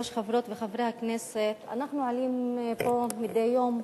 וחברי הכנסת, אנחנו עולים לפה מדי יום,